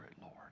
Lord